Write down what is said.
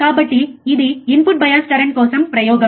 కాబట్టి ఇది input bias current కోసం ప్రయోగం